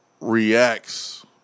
reacts